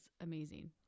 amazing